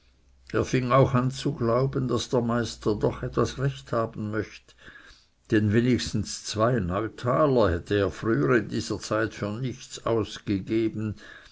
er fing auch an zu glauben daß der meister doch etwas recht haben möchte denn wenigstens zwei neutaler hätte er früher in dieser zeit für nichts ausgegeben